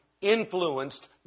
influenced